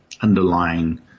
underlying